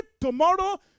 tomorrow